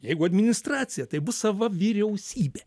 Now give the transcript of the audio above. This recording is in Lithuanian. jeigu administracija tai bus sava vyriausybė